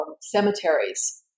cemeteries